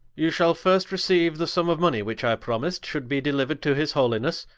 you shall first receiue the summe of money which i promised should be deliuered to his holinesse,